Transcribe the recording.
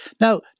Now